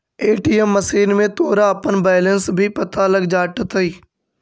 ATM machine में तोरा अपना बैलन्स भी पता लग जाटतइ